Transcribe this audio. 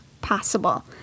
possible